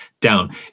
down